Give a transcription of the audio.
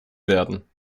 werden